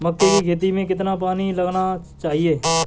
मक्के की खेती में कितना पानी लगाना चाहिए?